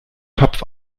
topf